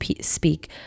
speak